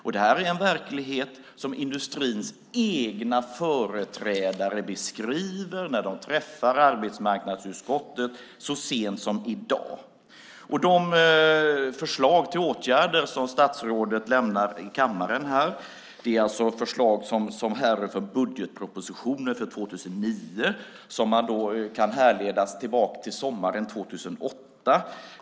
Detta är alltså den verklighet som industrins egna företrädare beskrev när de träffade arbetsmarknadsutskottet i dag. De förslag till åtgärder som statsrådet lämnar här i kammaren härrör från budgetpropositionen för 2009. Dessa kan härledas tillbaka till sommaren 2008.